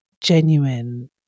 genuine